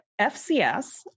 FCS